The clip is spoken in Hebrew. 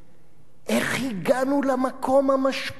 איך הגענו למקום המשפיל הזה,